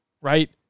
right